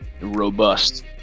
Robust